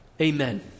Amen